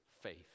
faith